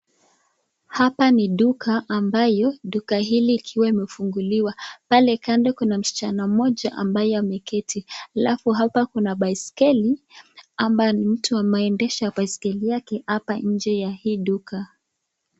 Hapa ni duka ambayo duka hili ikiwa imefunguliwa, pale Kando kuna msichana mmoja ambaye ameketi ,halafu hapa kuna baiskeli ambaye mtu anaendesha baiskeli yake ako nje ya hii duka.